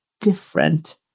different